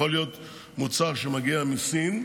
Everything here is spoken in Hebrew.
יכול להיות מוצר שמגיע מסין,